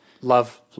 love